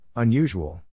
Unusual